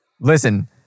listen